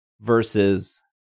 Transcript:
versus